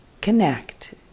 connect